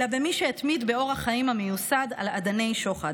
אלא במי שהתמיד באורח חיים המיוסד על אדני שוחד,